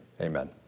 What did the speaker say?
Amen